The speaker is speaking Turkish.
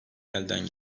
elden